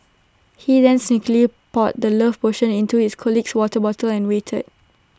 he then sneakily poured the love potion into his colleague's water water and waited